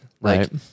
Right